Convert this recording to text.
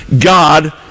God